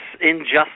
injustice